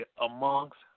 amongst